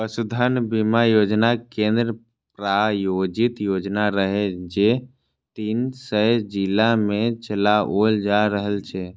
पशुधन बीमा योजना केंद्र प्रायोजित योजना रहै, जे तीन सय जिला मे चलाओल जा रहल छै